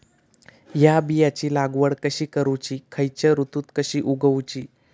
हया बियाची लागवड कशी करूची खैयच्य ऋतुत कशी उगउची?